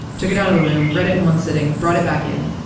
took it out of the room, read it in one sitting, brought it back in,